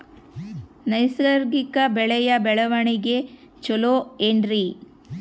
ನೈಸರ್ಗಿಕ ಬೆಳೆಯ ಬೆಳವಣಿಗೆ ಚೊಲೊ ಏನ್ರಿ?